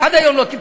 עד היום לא טיפלו.